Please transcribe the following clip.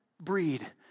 breed